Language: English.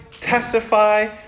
testify